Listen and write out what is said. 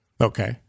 okay